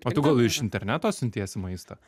o tu gal iš interneto siuntiesi maistą